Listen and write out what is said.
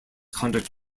conduct